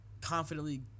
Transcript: confidently